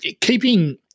keeping